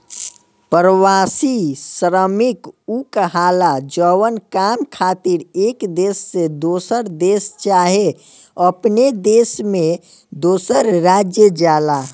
प्रवासी श्रमिक उ कहाला जवन काम खातिर एक देश से दोसर देश चाहे अपने देश में दोसर राज्य जाला